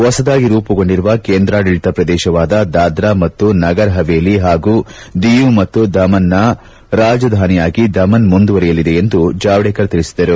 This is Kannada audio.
ಹೊಸದಾಗಿ ರೂಪುಗೊಂಡಿರುವ ಕೇಂದ್ರಾಡಳತ ಪ್ರದೇಶವಾದ ದಾದ್ರಾ ಮತ್ತು ನಗರ್ಹವೇಲಿ ಹಾಗೂ ದಿಯು ಮತ್ತು ದಮನ್ನ ರಾಜಧಾನಿಯಾಗಿ ದಮನ್ ಮುಂದುವರಿಯಲಿದೆ ಎಂದು ಜಾವಡೇಕರ್ ತಿಳಿಸಿದರು